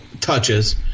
touches